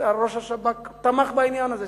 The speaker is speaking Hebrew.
ראש השב"כ תמך בעניין הזה,